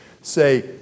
Say